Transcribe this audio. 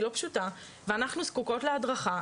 היא לא פשוטה ואנחנו זקוקות להדרכה,